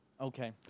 okay